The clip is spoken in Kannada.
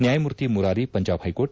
ನ್ಯಾಯಮೂರ್ತಿ ಮುರಾರಿ ಪಂಜಾಬ್ ಪೈಕೋರ್ಟ್